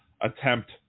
attempt